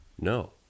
No